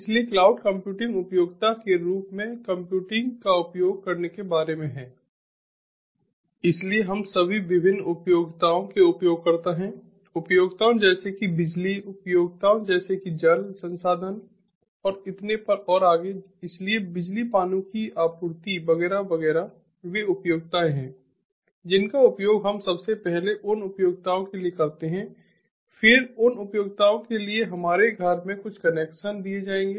इसलिए cloud computing उपयोगिता के रूप में कंप्यूटिंग का उपयोग करने के बारे में है इसलिए हम सभी विभिन्न उपयोगिताओं के उपयोगकर्ता हैं उपयोगिताओं जैसे कि बिजली उपयोगिताओं जैसे कि जल संसाधन और इतने पर और आगे इसलिए बिजली पानी की आपूर्ति वगैरह वगैरह वे उपयोगिताओं हैं जिनका उपयोग हम सबसे पहले उन उपयोगिताओं के लिए करते हैं फिर उन उपयोगिताओं के लिए हमारे घर पर कुछ कनेक्शन दिए जाएंगे